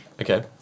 Okay